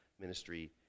Ministry